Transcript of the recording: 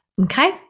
Okay